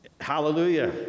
Hallelujah